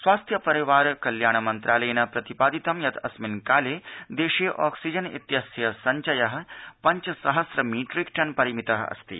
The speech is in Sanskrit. स्वास्थ्य परिवार कल्याण मन्त्रायलेन प्रतिपादितं यत् अस्मिन् काले देशे ऑक्सीजन इत्यस्य सब्वय पब्वसहस्र मीट्रिकटन परिमित अस्ति